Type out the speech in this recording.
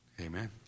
amen